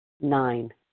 nine